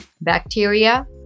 bacteria